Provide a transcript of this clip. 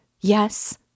yes